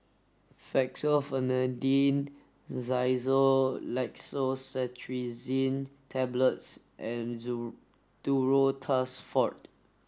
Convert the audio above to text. Fexofenadine Xyzal Levocetirizine Tablets and Duro Tuss Forte